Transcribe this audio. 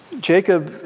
Jacob